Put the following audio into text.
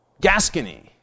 Gascony